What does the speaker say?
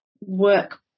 work